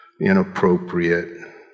inappropriate